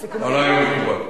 עלי הוא מקובל.